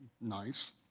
nice